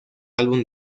álbum